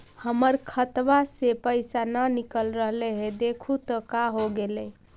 हमर खतवा से पैसा न निकल रहले हे देखु तो का होगेले?